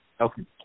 Okay